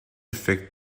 affect